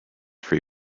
free